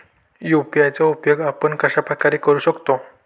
UPI चा उपयोग आपण कशाप्रकारे करु शकतो?